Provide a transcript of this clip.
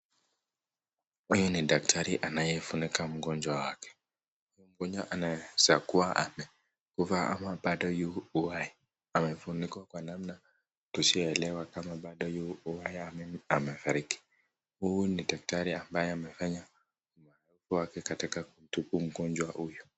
Huyu ni daktari anayefunika mgonjwa wake. Mgonjwa anaeza kuwa amekufa ama bado yuko uhai. Amefunikwa kwa namna tusiyoelewa kama bado yuko hai ama amefariki. Huyu ni daktari ambaye amefanya wajibu wake katika kutibu mgonjwa huyu.